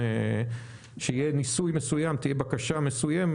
האם יהיה ניסוי מסוים או תהיה בקשה מסוימת,